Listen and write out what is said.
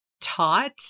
taught